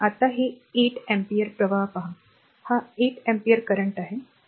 आता हे 8 अँपिअर प्रवाह पहा हा 8 ampere current आहे